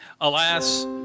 Alas